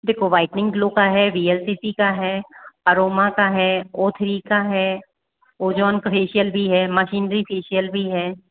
देखो whitening glow का है वी एल सी सी का है अरोमा का है ओ थ्री है ओजोन फेशियल भी है मशीनरी फेशियल भी है